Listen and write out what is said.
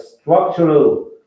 structural